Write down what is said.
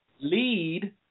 lead